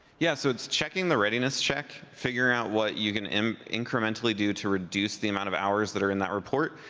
yes, so it's checking the readiness check, figuring out what you're gonna incrementally do to reduce the amount of hours that are in that report.